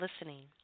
listening